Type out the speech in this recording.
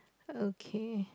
okay